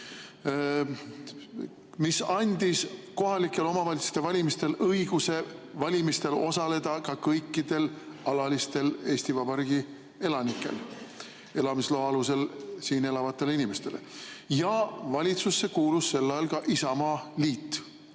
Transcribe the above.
mis andis kohalike omavalitsuste valimistel õiguse osaleda ka kõikidele alalistel Eesti Vabariigi elanikele, elamisloa alusel siin elavatele inimestele. Ja valitsusse kuulus sel ajal ka Isamaaliit.